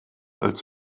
als